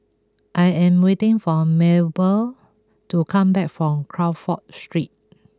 I am waiting for Mabelle to come back from Crawford Street